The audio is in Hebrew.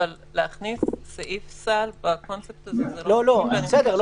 אבל להכניס סעיף סל בקונספט הזה זה לא --- בסדר,